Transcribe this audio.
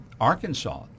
Arkansas